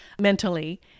mentally